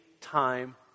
time